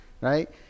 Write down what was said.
right